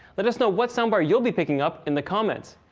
let us know what soundbar you'll be picking up in the comments!